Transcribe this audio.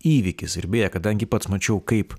įvykis ir beje kadangi pats mačiau kaip